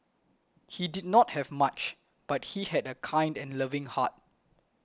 he did not have much but he had a kind and loving heart